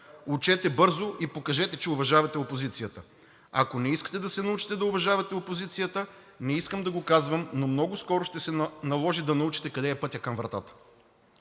Учете бързо и покажете, че уважавате опозицията. Ако не искате да се научите да уважавате опозицията, не искам да го казвам, но много скоро ще се наложи да научите къде е пътят към вратата.